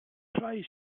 play